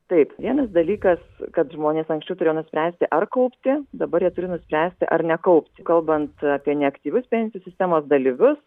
taip vienas dalykas kad žmonės anksčiau turėjo nuspręsti ar kaupti dabar jie turi nuspręsti ar nekaupti kalbant apie neaktyvius pensijų sistemos dalyvius